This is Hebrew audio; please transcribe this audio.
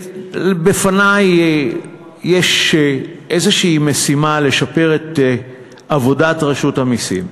בפני יש איזו משימה לשפר את עבודת רשות המסים,